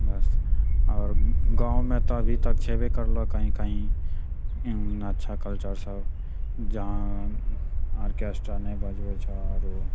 बस आओर गाँवमे तऽ अभी तक छेबै करलऽ कहीँ कहीँ अच्छा कल्चर सब जहाँ ऑर्केस्ट्रा नहि बजबै छऽ आओर